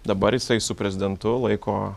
dabar jisai su prezidentu laiko